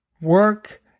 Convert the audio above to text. work